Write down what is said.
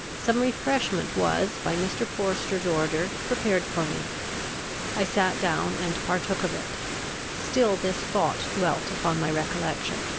some refreshment was, by mr. forester's order, prepared for me i sat down, and partook of it still this thought dwelt upon my recollection